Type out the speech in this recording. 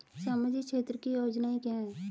सामाजिक क्षेत्र की योजनाएं क्या हैं?